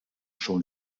schon